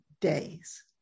days